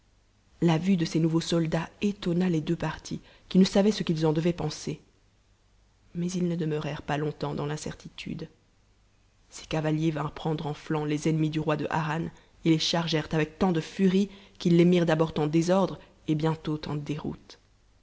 la vue de ces nouveaux soldats étonna les deux partis qui ne savaient ce qu'ils en devaient penser mais ils ïfe demeurèrent pas longtemps dans l'incertitude ces cavaliers vinrent prendre en nanc les ennemis du roi de harran et les chargèrent avec tant de furie qu'ils les mirent d abord en désordre et bientôt en déroute